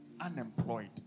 unemployed